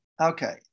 Okay